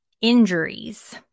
injuries